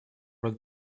рода